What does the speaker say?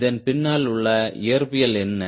இதன் பின்னால் உள்ள இயற்பியல் என்ன